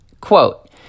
Quote